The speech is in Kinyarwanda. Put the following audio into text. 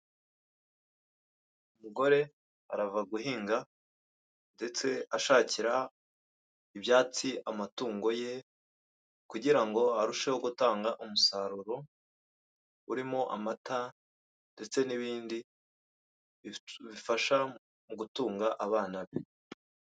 Umugore arava guhinga ndetse ashakira ibyatsi amatungo ye kugira ngo arusheho gutanga umusaruro urimo amata ndetse n'ibindi bifasha mu gutunga abana be.